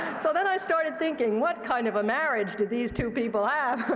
so then i started thinking, what kind of a marriage did these two people have?